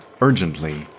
urgently